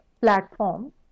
platform